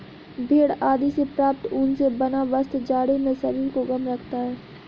भेड़ आदि से प्राप्त ऊन से बना वस्त्र जाड़े में शरीर को गर्म रखता है